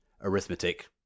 arithmetic